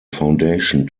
foundation